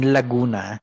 Laguna